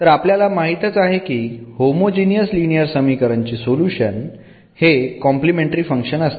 तर आपल्याला माहीतच आहे की होमोजीनियस लीनियर समीकरण चे सोल्युशन हे कॉम्प्लिमेंटरी फंक्शन असते